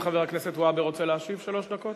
האם חבר הכנסת והבה רוצה להשיב שלוש דקות?